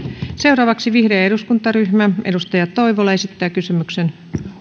seuraavaksi vihreä eduskuntaryhmä edustaja toivola esittää kysymyksen